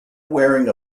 wearing